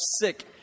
sick